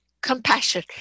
compassion